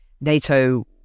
NATO